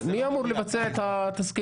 מי אמור לבצע את התסקיר?